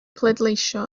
pleidleisio